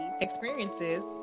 experiences